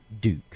Duke